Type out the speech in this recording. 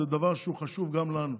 זה דבר שחשוב גם לנו.